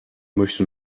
möchte